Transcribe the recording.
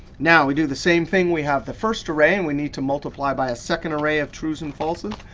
now we do the same thing, we have the first array and we need to multiply it by a second array of trues and falses.